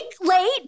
late